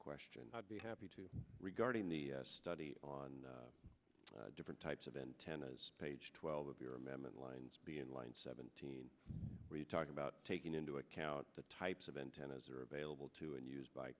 question i'd be happy to regarding the study on different types of antennas page twelve of your amendment lines be in line seventeen re talking about taking into account the types of antennas are available to and used by